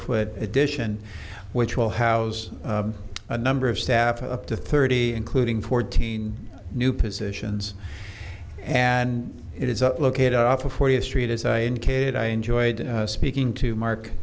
foot addition which will house a number of staff up to thirty including fourteen new positions and it is up look it up before the street as i indicated i enjoyed speaking to mark